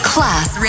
Class